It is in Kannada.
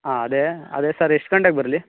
ಹಾಂ ಅದೇ ಅದೇ ಸರ್ ಎಷ್ಟು ಗಂಟೆಗೆ ಬರಲಿ